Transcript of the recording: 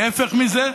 להפך מזה,